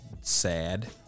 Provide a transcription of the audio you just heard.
sad